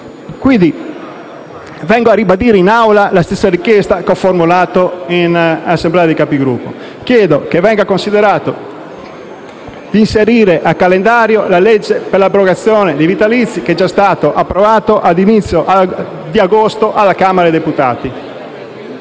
Quindi vengo a ribadire in Aula la stessa richiesta che ho formulato nella Conferenza dei Capigruppo: chiedo che venga considerato di inserire nel calendario il disegno di legge per l'abrogazione dei vitalizi, che è già stato approvato alla fine di luglio alla Camera dei deputati.